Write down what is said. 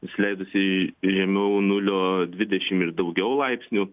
nusileidusi į į nu nulio dvidešimt ir daugiau laipsnių